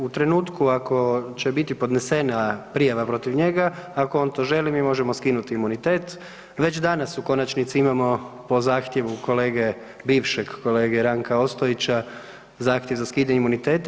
U trenutku ako će biti podnesena prijava protiv njega, ako on to želi mi možemo skinuti imunitet, već danas u konačnici imamo po zahtjevu kolege, bivšeg kolege Ranka Ostojića, zahtjev za skidanje imuniteta.